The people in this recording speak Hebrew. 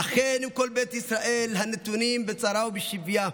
"אחינו כל בית ישראל הנתונים בצרה וּבַשִּׁביָה,